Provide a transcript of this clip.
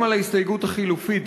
הוסרו.